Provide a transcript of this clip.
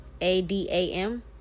A-D-A-M